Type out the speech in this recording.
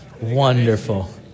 Wonderful